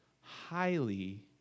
highly